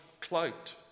clout